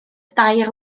dair